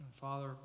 Father